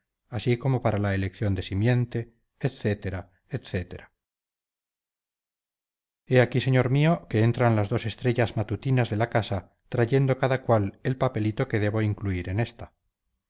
así como para la elección de simiente etcétera etcétera he aquí señor mío que entran las dos estrellas matutinas de la casa trayendo cada cual el papelito que debo incluir en esta